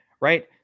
right